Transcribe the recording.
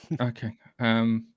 Okay